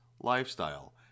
lifestyle